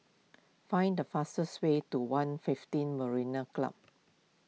find the fastest way to one fifteen Marina Club